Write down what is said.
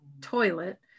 toilet